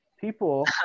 people